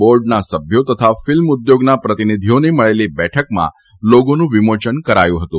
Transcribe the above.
બોર્ડમાં સભ્યો તથા ફિલ્મ ઉદ્યોગના પ્રતિનિધિઓની મળેલી બેઠકમાં લોગોનું વિમોચન કરાયું હતું